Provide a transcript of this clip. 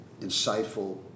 insightful